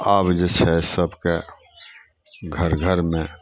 आब जे छै सबके घर घरमे